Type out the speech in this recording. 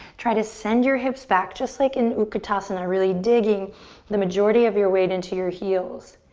try to send your hips back just like and uttanasana. really digging the majority of your weight into your heels.